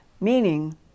meaning